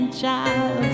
child